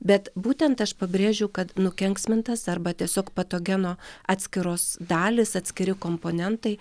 bet būtent aš pabrėžiu kad nukenksmintas arba tiesiog patogeno atskiros dalys atskiri komponentai